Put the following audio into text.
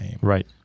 Right